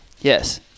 Yes